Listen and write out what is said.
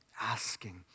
Asking